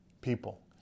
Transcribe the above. people